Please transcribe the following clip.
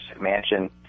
mansion